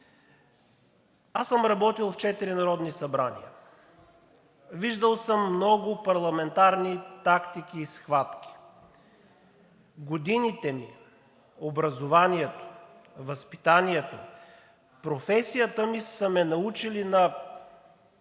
Аз съм работил в четири народни събрания, виждам съм много парламентарни тактики и схватки. Годините ми, образованието, възпитанието, професията са ме научили на